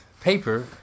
paper